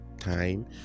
time